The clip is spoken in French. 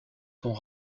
sont